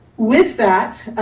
with that,